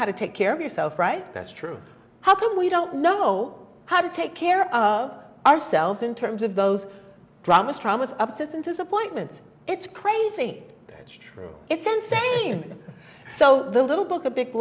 how to take care of yourself right that's true how come we don't know how to take care of ourselves in terms of those dramas traumas upsets and disappointments it's crazy it's true it's insane so the little book a big